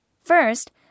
First